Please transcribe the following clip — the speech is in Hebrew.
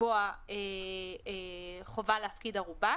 לקבוע חובה להפקיד ערובה